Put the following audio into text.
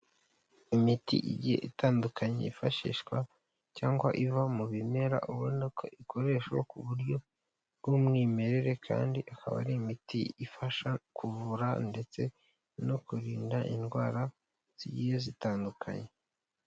Imiti igiye itandukanye yifashishwa cyangwa iva mu bimera ubona ko ikoreshwa ku buryo bw'umwimerere, kandi ikaba ari imiti ifasha kuvura ndetse no kurinda indwara zigiye zitandukanye.